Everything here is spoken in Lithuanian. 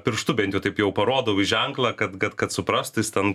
pirštu bent taip jau parodau į ženklą kad kad kad suprastų jis ten